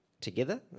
together